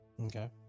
okay